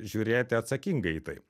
žiūrėti atsakingai į tai